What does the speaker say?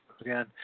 again